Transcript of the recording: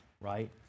right